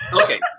Okay